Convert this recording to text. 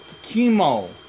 chemo